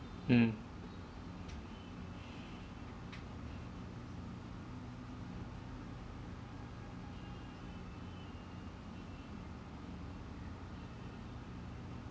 mm